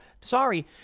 Sorry